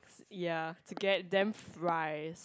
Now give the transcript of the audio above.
ya to get them fly